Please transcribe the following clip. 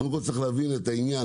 קודם כל צריך להבין את העניין,